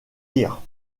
lire